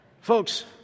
Folks